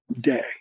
day